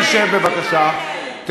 תשב בבקשה, עזת פנים.